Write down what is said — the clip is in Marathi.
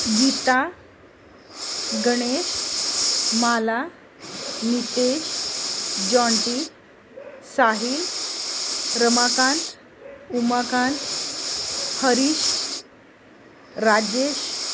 गीता गणेश माला नितेश जाँटी साहिल रमाकांत उमाकांत हरीश राजेश